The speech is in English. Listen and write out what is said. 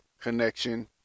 connection